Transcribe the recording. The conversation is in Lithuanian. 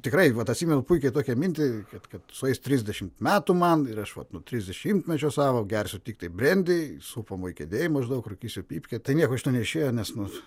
tikrai vat atsimenu puikiai tokią mintį kad kad suėsti trisdešimt metų man ir aš vat nuo trisdešimtmečio savo gersiu tiktai brendį supamoj kėdėj maždaug rūkysiu pypkę tai nieko iš to neišėjo nes nu